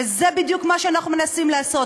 וזה בדיוק מה שאנחנו מנסים לעשות.